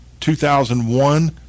2001